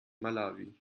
malawi